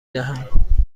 دهم